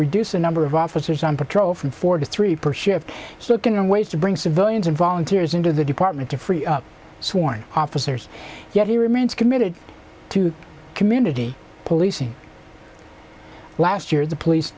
reduce the number of officers on patrol from forty three percent of looking and ways to bring civilians and volunteers into the department to free up sworn officers yet he remains committed to community policing last year the police